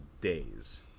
days